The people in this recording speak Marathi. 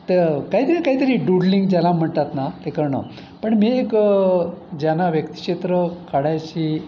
तर काहीतरी काहीतरी डूडलिंग त्याला म्हणतात ना ते करणं पण मी एक ज्यांना व्यक्तिचित्र काढायची